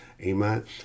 amen